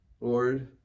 Lord